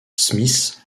smith